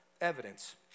evidence